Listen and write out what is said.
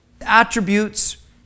Attributes